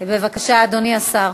בבקשה, אדוני השר.